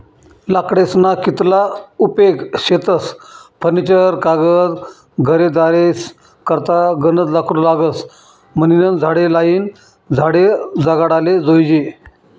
लाकडेस्ना कितला उपेग शेतस फर्निचर कागद घरेदारेस करता गनज लाकूड लागस म्हनीन झाडे लायीन झाडे जगाडाले जोयजे